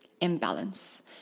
imbalance